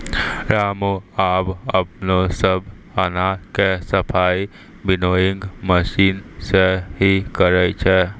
रामू आबॅ अपनो सब अनाज के सफाई विनोइंग मशीन सॅ हीं करै छै